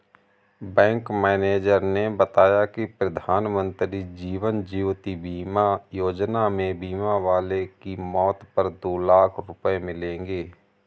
bank manager ने बताया कि प्रधानमंत्री जीवन ज्योति बीमा योजना में बीमा वाले की मौत पर दो लाख रूपये मिलेंगे